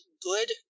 good